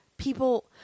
people